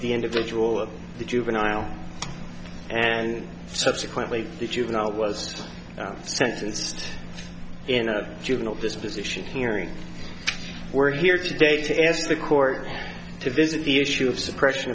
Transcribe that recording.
the individual of the juvenile and subsequently the juvenile was sentenced in a juvenile disposition hearing we're here today to ask the court to visit the issue of suppressi